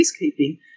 peacekeeping